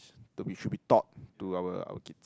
to be should be taught to our our kids